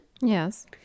Yes